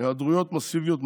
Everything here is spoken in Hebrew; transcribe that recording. היעדרויות מסיביות מהעבודה,